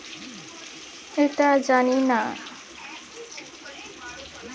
পাহাড়ি এলাকা গুলাতে ভেড়া চাষ করে তাদের গা থেকে লোম পাওয়া যায়টে